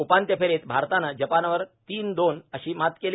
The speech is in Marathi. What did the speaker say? उपांत्य फेरीत भारतानं जपानवर तीन दोन अशी मात केली